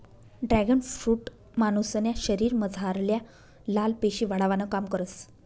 dragon fruit मानुसन्या शरीरमझारल्या लाल पेशी वाढावानं काम करस